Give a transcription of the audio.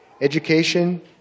education